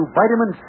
vitamin